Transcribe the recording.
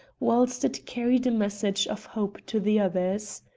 whilst it carried a message of hope to the others.